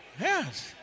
Yes